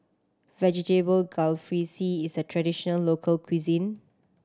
Vegetable Jalfrezi is a traditional local cuisine